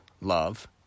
love